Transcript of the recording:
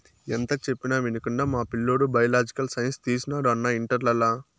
ఎంత చెప్పినా వినకుండా మా పిల్లోడు బయలాజికల్ సైన్స్ తీసినాడు అన్నా ఇంటర్లల